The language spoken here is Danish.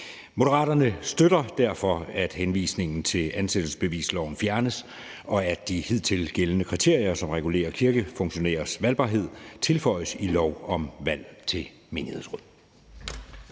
Moderaterne støtter derfor, at henvisningen til ansættelsesbevisloven fjernes, og at de hidtil gældende kriterier, som regulerer kirkefunktionærers valgbarhed, tilføjes i lov om valg til menighedsråd.